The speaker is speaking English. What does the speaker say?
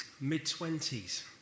mid-twenties